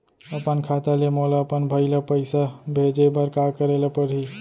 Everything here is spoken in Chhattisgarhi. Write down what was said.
अपन खाता ले मोला अपन भाई ल पइसा भेजे बर का करे ल परही?